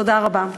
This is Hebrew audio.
תודה רבה.